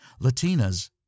Latinas